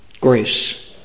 grace